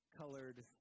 colored